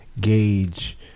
gauge